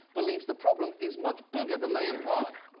believes the problem is much bigger than they imply.